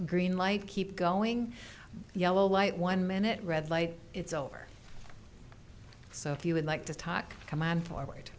green light keep going yellow light one minute red light it's over so if you would like to talk come on forward